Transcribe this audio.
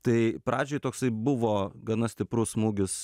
tai pradžioj toksai buvo gana stiprus smūgis